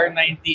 R90